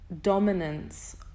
dominance